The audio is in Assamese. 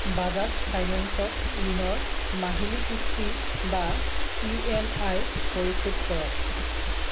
বাজাজ ফাইনেন্সক ঋণৰ মাহিলী কিস্তি বা ই এম আই পৰিশোধ কৰক